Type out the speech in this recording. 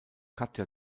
katja